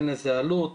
אין לזה עלות.